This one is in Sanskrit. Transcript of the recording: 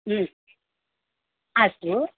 अस्तु